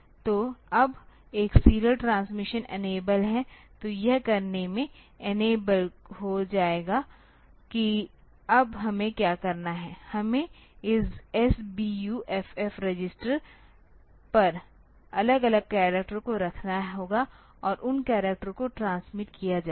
तो अब एक सीरियल ट्रांसमिशन इनेबल है तो यह करने में इनेबल हो जाएगा कि अब हमें क्या करना है हमें इस sbuff रजिस्टर पर अलग अलग करैक्टर को रखना होगा और उन करैक्टर को ट्रांसमिट किया जाएगा